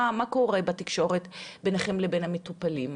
מה קורה בתקשורת ביניכם לבין המטופלים?